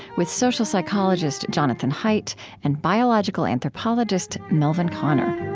with social psychologist jonathan haidt and biological anthropologist melvin konner